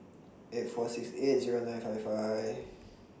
eight four six eight Zero nine five five